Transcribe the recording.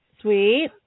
Sweet